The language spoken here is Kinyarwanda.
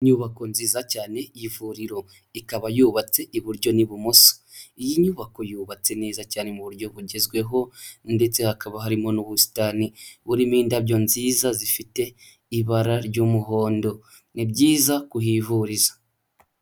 Inyubako nziza cyane y'ivuriro, ikaba yubatse iburyo n'ibumoso, iyi nyubako yubatse neza cyane mu buryo bugezweho ndetse hakaba harimo n'ubusitani burimo indabyo nziza zifite ibara ry'umuhondo, ni byiza kuhivuriza.